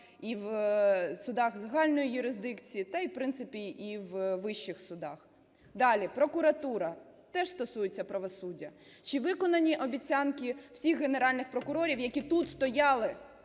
і в судах загальної юрисдикції та й, в принципі, і в вищих судах. Далі. Прокуратура. Теж стосується правосуддя. Чи виконані обіцянки всіх генеральних прокурорів, які тут стояли